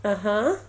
(uh huh)